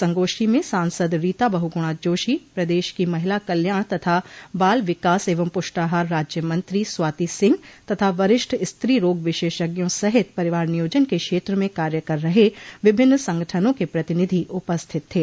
संगोष्ठी में सांसद रीता बहगुणा जोशी पदेश की महिला कल्याण तथा बाल विकास एवं प्रष्टाहार राज्य मंत्री स्वाती सिंह तथा वरिष्ठ स्त्री रोग विशेषज्ञों सहित परिवार नियोजन के क्षेत्र में कार्य कर रहे विभिन्न संगठनों के प्रतिनिधि उपस्थित थे